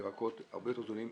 ירקות הרבה יותר טובים.